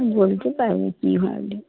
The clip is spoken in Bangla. বলতে পারবে কী হবে